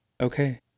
okay